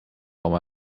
oma